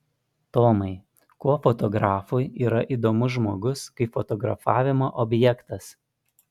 tomai kuo fotografui yra įdomus žmogus kaip fotografavimo objektas